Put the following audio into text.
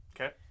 Okay